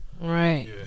Right